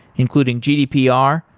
including gdpr,